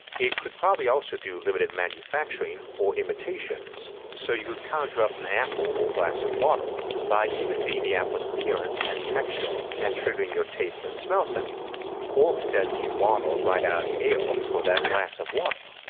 it could probably also do limited manufacturing or imitations so you could conjure up an apple or glass of water, by imitating the apples appearance and texture and triggering your taste and smell senses, or condensing water right out of the air for that glass of water.